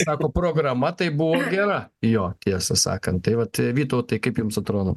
sako programa tai buvo gera jo tiesą sakant tai vat vytautai kaip jums atrodo